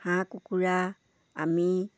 হাঁহ কুকুৰা আমি